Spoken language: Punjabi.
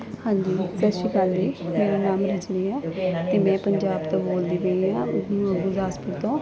ਹਾਂਜੀ ਸਤਿ ਸ਼੍ਰੀ ਅਕਾਲ ਜੀ ਮੇਰਾ ਨਾਮ ਰਜਨੀ ਆ ਅਤੇ ਮੈਂ ਪੰਜਾਬ ਤੋਂ ਬੋਲਦੀ ਪਈ ਹਾਂ ਗੁਰਦਾਸਪੁਰ ਤੋਂ